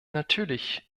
natürlich